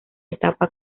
etapa